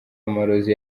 amarozi